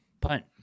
Punt